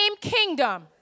kingdom